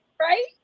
Right